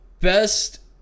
best